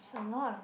a lot of